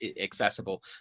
accessible